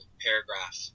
paragraph